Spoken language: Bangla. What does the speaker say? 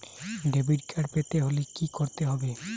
ডেবিটকার্ড পেতে হলে কি করতে হবে?